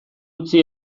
utzi